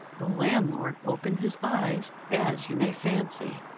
the landlord opened his eyes, as you may fancy.